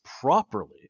properly